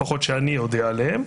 לפחות שאני יודע עליהם,